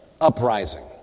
uprising